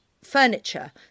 furniture